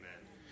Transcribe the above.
Amen